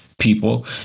people